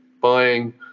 buying